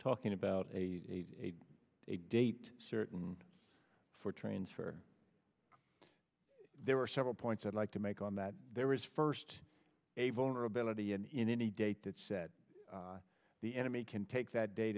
talking about a a date certain for trains for there are several points i'd like to make on that there is first a vulnerability in in any date that set the enemy can take that date